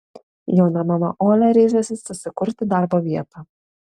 jauna mama olia ryžosi susikurti darbo vietą